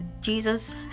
Jesus